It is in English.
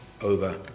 over